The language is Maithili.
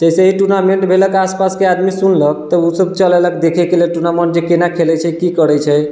जैसे ही टूर्नामेन्ट भेलैक आसपासके आदमी सुनलक तऽ ओ सब चलि अएलक देखैके लेल टूर्नामेन्ट जे कोना खेलै छै कि करै छै